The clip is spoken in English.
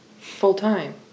full-time